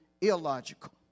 illogical